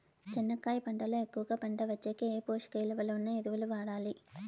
చెనక్కాయ పంట లో ఎక్కువగా పంట వచ్చేకి ఏ పోషక విలువలు ఉన్న ఎరువులు వాడాలి?